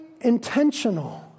Intentional